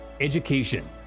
education